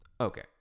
Okay